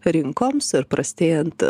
rinkoms ir prastėjant